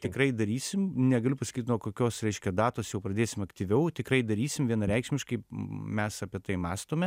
tikrai darysim negaliu pasakyt nuo kokios reiškia datos jau pradėsim aktyviau tikrai darysim vienareikšmiškai mes apie tai mąstome